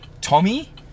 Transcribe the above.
tommy